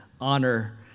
honor